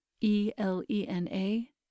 E-L-E-N-A